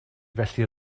felly